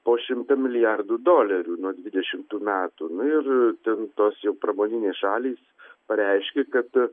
po šimtą milijardų dolerių nuo dvidešimtų metų nu ir ten tos jau pramoninės šalys pareiškė kad